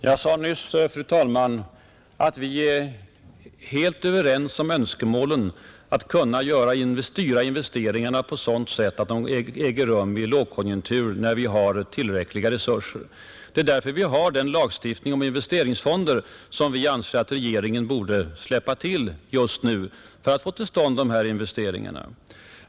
Fru talman! Jag sade nyss att vi är helt överens om önskemålet att kunna styra investeringarna på sådant sätt att de äger rum i lågkonjunktur, när vi har tillräckliga resurser. Det är därför vi har en lagstiftning om investeringsfonder — som vi anser att regeringen borde släppa till just nu för att få till stånd behövliga investeringar.